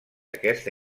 aquesta